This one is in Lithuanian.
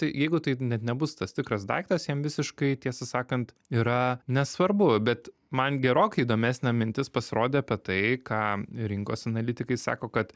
tai jeigu tai net nebus tas tikras daiktas jiem visiškai tiesą sakant yra nesvarbu bet man gerokai įdomesnė mintis pasirodė apie tai ką rinkos analitikai sako kad